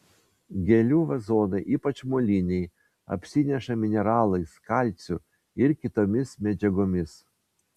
gėlių vazonai ypač moliniai apsineša mineralais kalciu ir kitomis medžiagomis